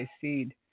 seed